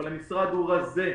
אבל המשרד הוא רזה.